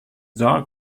dog